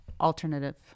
alternative